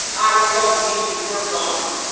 i broke into fur farms.